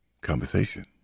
conversation